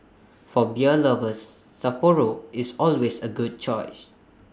for beer lovers Sapporo is always A good choice